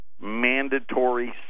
mandatory